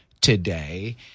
today